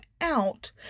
out